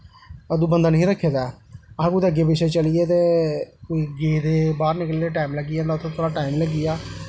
अदूं बंदा नेईं हा रक्खे दा असें कुतै अग्गें पिच्छें चली गे ते गे ते बाह्र निकलने गी टाईम लग्गी गेआ उत्थें टाईम लग्गी गेआ